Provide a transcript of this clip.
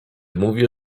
mówię